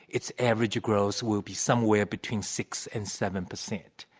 its average growth will be somewhere between six and seven percent.